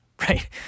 right